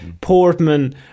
Portman